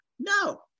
no